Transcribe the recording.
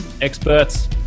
Experts